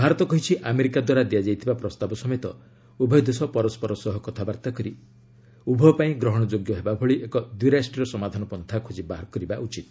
ଭାରତ କହିଛି ଆମେରିକାଦ୍ୱାରା ଦିଆଯାଇଥିବା ପ୍ରସ୍ତାବ ସମେତ ଉଭୟ ଦେଶ ପରସ୍କର ସହ କଥାବାର୍ତ୍ତା କରି ଉଭୟ ପାଇଁ ଗ୍ରହଣଯୋଗ୍ୟ ହେବା ଭଳି ଏକ ଦ୍ୱି ରାଷ୍ଟ୍ରୀୟ ସମାଧାନ ପନ୍ଥା ଖୋଜି ବାହାର କରିବା ଉଚିତ